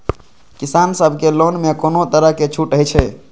किसान सब के लोन में कोनो तरह के छूट हे छे?